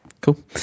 Cool